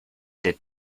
did